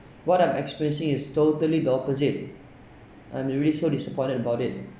what I'm experiencing is totally the opposite I'm really so disappointed about it